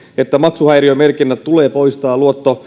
että maksuhäiriömerkinnät tulee poistaa